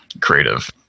creative